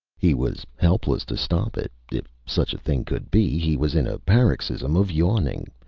he was helpless to stop it. if such a thing could be, he was in a paroxysm of yawning,